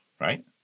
right